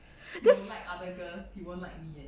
this